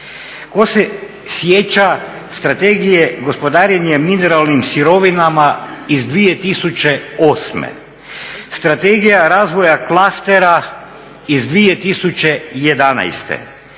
tko se sjeća strategija gospodarenja mineralnih sirovinama iz 2008., strategija razvoja … iz 2011.,